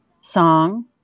song